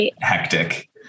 hectic